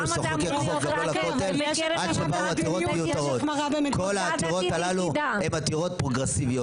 כל העתירות הללו הן עתירות פרוגרסיביות